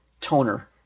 toner